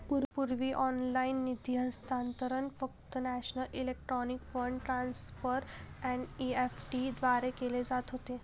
पूर्वी ऑनलाइन निधी हस्तांतरण फक्त national electronic fund transfer NEFT द्वारे केले जात होते